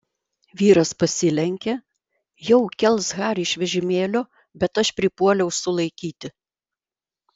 vyras pasilenkė jau kels harį iš vežimėlio bet aš pripuoliau sulaikyti